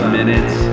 minutes